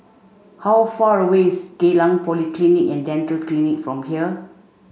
how far away is Geylang Polyclinic and Dental Clinic from here